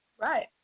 Right